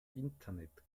internet